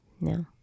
No